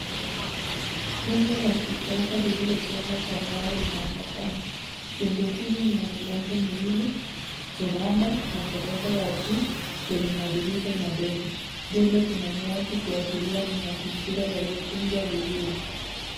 Jengo la kisasa lililojengwa kwa mawe linaonekana. Jengo hili lina milango miwili, veranda na ghorofa ya juu lenye madirisha madogo. Mbele kuna nyasi kuashiria ni mazingira yaliotuzwa vizuri.